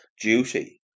duty